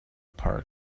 park